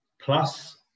plus